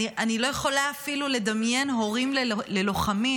אני לא יכולה אפילו לדמיין הורים ללוחמים,